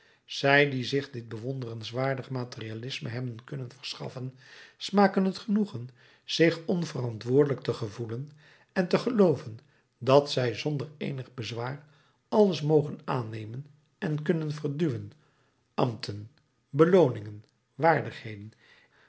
zij die zich dit bewonderenswaardig materialisme hebben kunnen verschaffen smaken het genoegen zich onverantwoordelijk te gevoelen en te gelooven dat zij zonder eenig bezwaar alles mogen aannemen en kunnen verduwen ambten belooningen